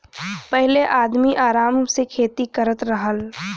पहिले आदमी आराम से खेती करत रहल